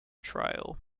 trial